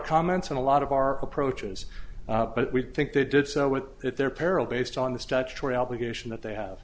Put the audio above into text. comments and a lot of our approaches but we think they did so with at their peril based on the statutory obligation that they have